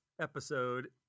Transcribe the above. episode